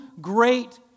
great